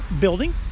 building